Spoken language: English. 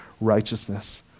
righteousness